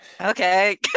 okay